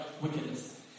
wickedness